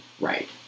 Right